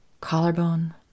Collarbone